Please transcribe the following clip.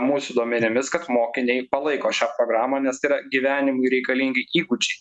mūsų duomenimis kad mokiniai palaiko šią programą nes tai yra gyvenimui reikalingi įgūdžiai